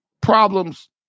problems